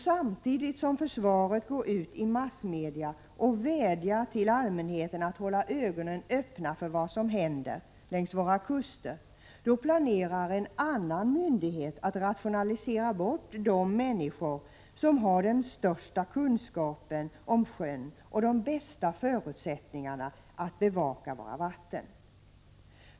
Samtidigt som försvaret går ut i massmedia och vädjar till allmänheten att hålla ögonen öppna för vad som händer längs våra kuster, planerar en annan myndighet att rationalisera bort de människor som har den största kunskapen om sjön och de bästa förutsättningarna att bevaka våra vatten.